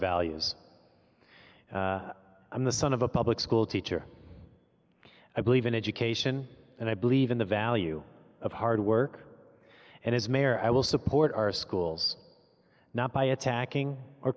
values i'm the son of a public school teacher i believe in education and i believe in the value of hard work and as mayor i will support our schools not by attacking